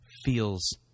feels